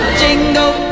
jingle